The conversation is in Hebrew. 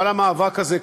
אבל המאבק הזה,